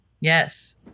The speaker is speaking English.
Yes